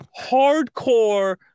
hardcore